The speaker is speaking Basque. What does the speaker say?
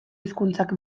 hizkuntzak